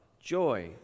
joy